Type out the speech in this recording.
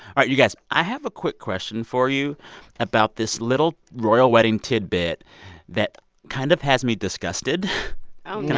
all right, you guys. i have a quick question for you about this little royal wedding tidbit that kind of has me disgusted oh, no